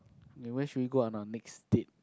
and where should we go on our next date